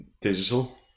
digital